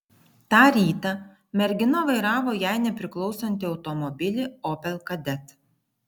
tą rytą mergina vairavo jai nepriklausantį automobilį opel kadett